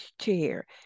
chair